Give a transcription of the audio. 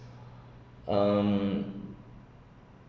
um